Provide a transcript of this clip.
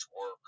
work